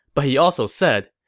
but he also said,